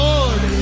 Lord